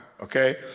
okay